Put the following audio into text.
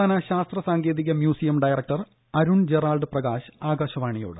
സംസ്ഥാന ശാസ്ത്ര സാങ്കേതിക museum director Arul Gerald Prakash ആകാശവാണിയോട്